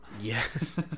yes